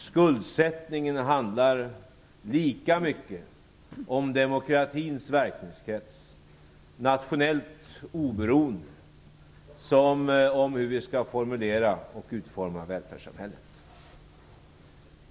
Skuldsättningen handlar lika mycket om demokratins verkningskrets, nationellt oberoende som om hur vi skall formulera och utforma välfärdssamhället.